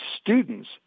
students